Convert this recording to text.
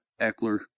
Eckler